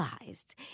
realized